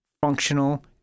functional